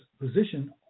position